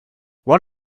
what